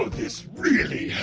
this really